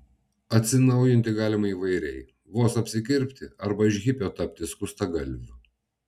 atsinaujinti galima įvairiai vos apsikirpti arba iš hipio tapti skustagalviu